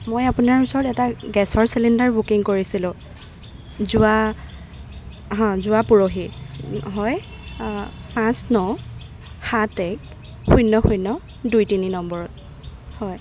মই আপোনাৰ ওচৰত এটা গেছৰ চিলিণ্ডাৰ বুকিং কৰিছিলোঁ যোৱা হা যোৱা পৰহি হয় পাঁচ ন সাত এক শূন্য শূন্য দুই তিনি নম্বৰত হয়